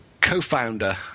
co-founder